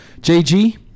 JG